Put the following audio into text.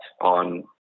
on